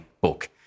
book